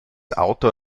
autor